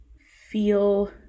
feel